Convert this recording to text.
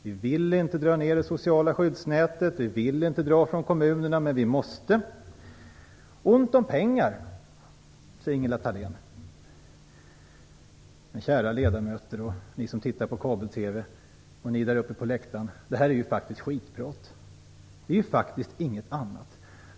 Vi vill inte försämra det sociala skyddsnätet, vi vill inte göra neddragningar för kommunerna, men vi måste. Ont om pengar, sade Ingela Thalén. Men, kära ledamöter, ni som tittar på kabel-TV och ni däruppe på läktaren, det här är ju faktiskt struntprat och inget annat.